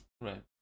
Right